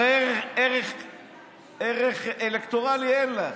הרי ערך אלקטורלי אין לך.